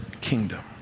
kingdom